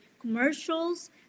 commercials